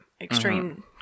extreme